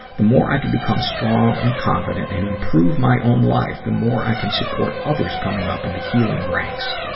the more i can become string and confident and improve my own life, the more i can support others coming up in the healing ranks.